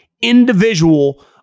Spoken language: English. Individual